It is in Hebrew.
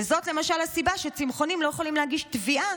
וזאת למשל הסיבה שצמחונים לא יכולים להגיש תביעה